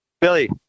Billy